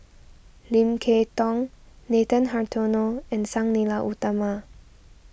Lim Kay Tong Nathan Hartono and Sang Nila Utama